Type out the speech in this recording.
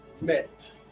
met